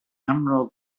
emerald